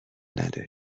نداری